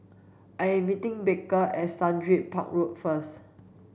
I am meeting Baker at Sundridge Park Road first